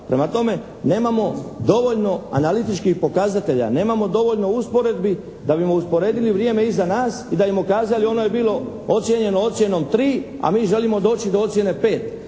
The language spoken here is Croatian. Prema tome, nemamo dovoljno analitičkih pokazatelja, nemamo dovoljno usporedbi da bismo usporedili vrijeme iza nas i da bismo kazali ono je bilo ocijenjeno ocjenom tri a mi želimo doći do ocjene